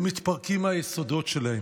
הם מתפרקים מהיסודות שלהם.